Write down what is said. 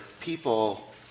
people